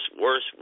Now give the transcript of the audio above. worse